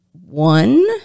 one